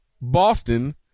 Boston